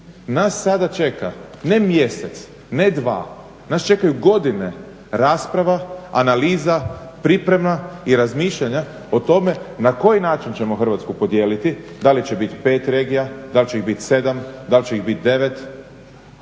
Nas sada čeka ne mjesec, ne dva, nas čekaju godine rasprava, analiza, priprema i razmišljanja o tome na koji način ćemo Hrvatsku podijeliti. Da li će biti 5 regija, da li će ih biti 7 da li će ih biti 9,